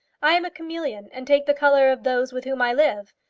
i am a chameleon, and take the colour of those with whom i live.